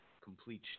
complete